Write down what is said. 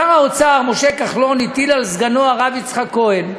שר האוצר משה כחלון הטיל על סגנו, הרב יצחק כהן,